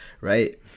right